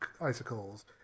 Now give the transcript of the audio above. icicles